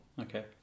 okay